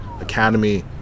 academy